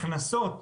הכנסות.